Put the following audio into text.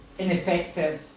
ineffective